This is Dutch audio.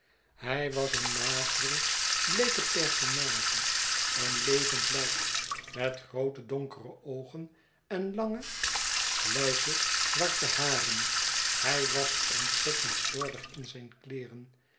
hij was een magere bleeke personage een levend lijk metgrootedonkereoogen en lange sluike zwarte haren hij was ontzettend slordig in zijn kleeren